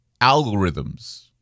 algorithms